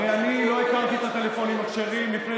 הרי אני לא הכרתי את הטלפונים הכשרים לפני